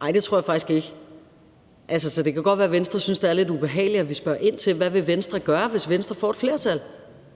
jeg sige: Det tror jeg faktisk ikke, og det kan godt være, at Venstre synes, det er lidt ubehageligt, at vi spørger ind til, hvad Venstre vil gøre, hvis Venstre får flertal.